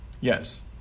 Yes